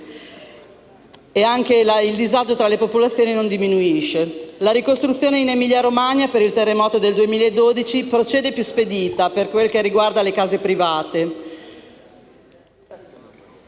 e anche il disagio tra le popolazioni non diminuisce. Mentre la ricostruzione in Emilia-Romagna per il terremoto del 2012 procede più spedita per quel che riguarda le case private,